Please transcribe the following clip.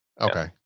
Okay